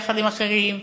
יחד עם אחרים,